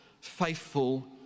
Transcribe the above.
faithful